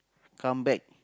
come back